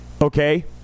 okay